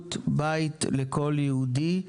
פשוט בית לכל יהודי.